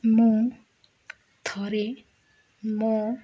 ମୁଁ ଥରେ ମୋ